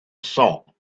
saw